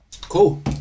Cool